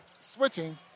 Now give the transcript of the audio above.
switching